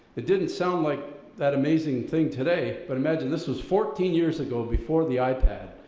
it didn't sound like that amazing thing today, but imagine this was fourteen years ago before the ipad.